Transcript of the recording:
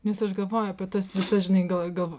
nes aš galvoju apie tas visas žinai gal gal